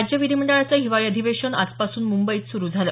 राज्य विधिमंडळाचं हिवाळी अधिवेशन आजपासून मुंबईत सुरु झालं